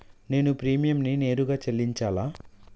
నేను ప్రీమియంని నేరుగా చెల్లించాలా?